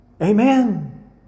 Amen